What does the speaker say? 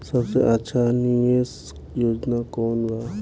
सबसे अच्छा निवेस योजना कोवन बा?